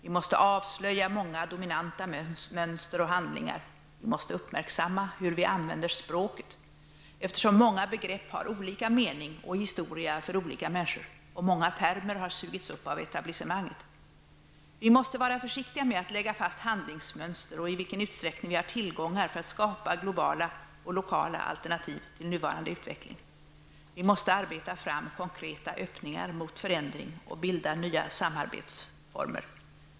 Vi måste avslöja många dominanta mönster och handlingar. Vi måste uppmärksamma hur vi använder språket eftersom många begrepp har olika mening och historia för olika människor och många termer har sugits upp av etablissemanget. Vi måste vara försiktiga med att lägga fast handlingsmönster och i vilken utsträckning vi har tillgångar för att skapa globala och lokala alternativ till nuvarande utveckling. Vi måste arbeta fram konkreta öppningar mot förändring och bilda nya samarbetsformer.